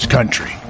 country